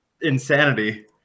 insanity